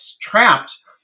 trapped